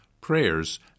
prayers